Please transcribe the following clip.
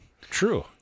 True